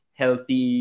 healthy